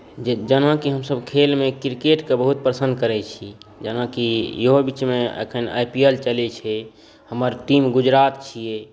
जेनाकि हमसभ खेलमे क्रिकेटके बहुत पसन्द करै छी जेनाकि इहो बीचमे जेनाकि आई पी एल चलै छै हमर टीम गुजरात छियै